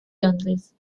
londres